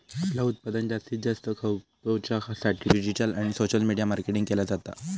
आपला उत्पादन जास्तीत जास्त खपवच्या साठी डिजिटल आणि सोशल मीडिया मार्केटिंग केला जाता